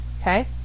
okay